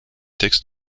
textes